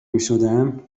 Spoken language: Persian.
میشدم